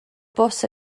bws